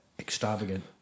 extravagant